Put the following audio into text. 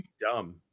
dumb